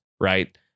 right